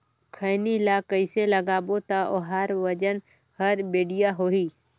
खैनी ला कइसे लगाबो ता ओहार वजन हर बेडिया होही?